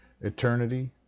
eternity